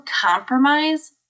compromise